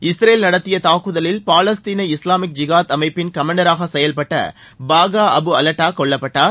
Israel நடத்திய தாக்குதலில் பாலஸ்தீன இஸ்லாமிக் ஜிகாத் அமைப்பின் கமென்டராக செயல்பட்ட பாகா அபு அலட்டா கொல்லப்பட்டார்